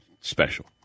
special